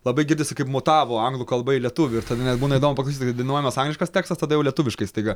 labai girdisi kaip mutavo anglų kalba į lietuvių ir tada nes būna įdomu paklausyt kai dainuojamas angliškas tekstas tada jau lietuviškai staiga